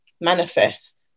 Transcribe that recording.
manifest